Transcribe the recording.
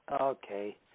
Okay